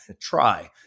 try